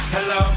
Hello